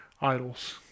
idols